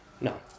No